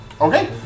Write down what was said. Okay